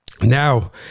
Now